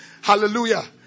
Hallelujah